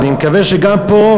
אני מקווה שגם פה.